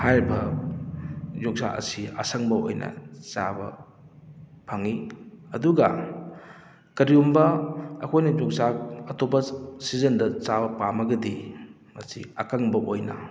ꯍꯥꯏꯔꯤꯕ ꯌꯣꯡꯆꯥꯛ ꯑꯁꯤ ꯑꯁꯪꯕ ꯑꯣꯏꯅ ꯆꯥꯕ ꯐꯪꯉꯤ ꯑꯗꯨꯒ ꯀꯔꯤꯒꯨꯝꯕ ꯑꯩꯈꯣꯏꯅ ꯌꯣꯡꯆꯥꯛ ꯑꯇꯣꯞꯄ ꯁꯤꯖꯟꯗ ꯆꯥꯕ ꯄꯥꯝꯃꯒꯗꯤ ꯃꯁꯤ ꯑꯀꯪꯕ ꯑꯣꯏꯅ